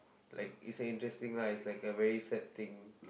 like it's interesting lah it's like a very sad thing